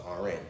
RN